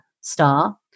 star